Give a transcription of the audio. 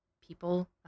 people